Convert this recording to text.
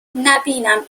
نبینم